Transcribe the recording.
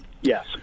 yes